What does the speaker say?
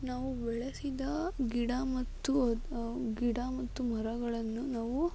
ನಾವು ಬೆಳೆಸಿದ ಗಿಡ ಮತ್ತು ಅದು ಗಿಡ ಮತ್ತು ಮರಗಳನ್ನು ನಾವು